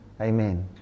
Amen